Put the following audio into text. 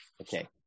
Okay